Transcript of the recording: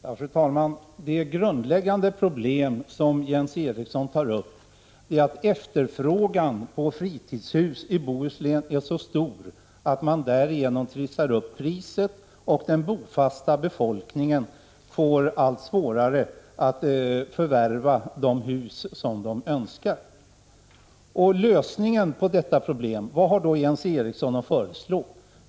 Fru talman! Det grundläggande problem som Jens Eriksson tar upp är att efterfrågan på fritidshus i Bohuslän är så stor att priserna trissats upp och den bofasta befolkningen får allt svårare att förvärva de hus som den önskar förvärva. Vilken lösning på detta problem har då Jens Eriksson att föreslå?